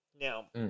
Now